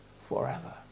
forever